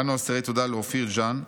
"אנו אסירי תודה לאופיר ז'אן,